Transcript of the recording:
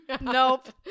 nope